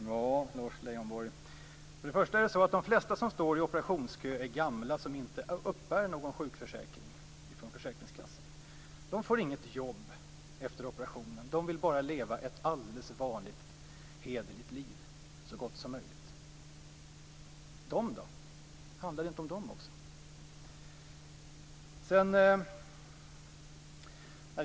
Herr talman! Först och främst är de flesta som står i operationsköer gamla och uppbär inte någon sjukförsäkring från försäkringskassan. De får inget jobb efter operationen. De vill bara leva ett alldeles vanligt hederligt liv, så gott som möjligt. Handlar det inte också om dessa människor?